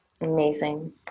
Amazing